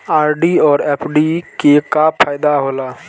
RD और FD के का फायदा हौला?